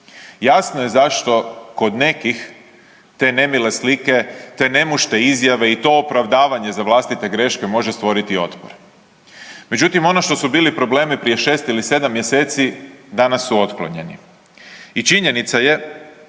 jasno je zašto kod nekih te nemile slike, te nemušte izjave i to opravdavanje za vlastite greške može stvoriti otpor. Međutim, ono što su bili problemi prije 6. ili 7. mjeseci danas su otklonjeni i činjenica je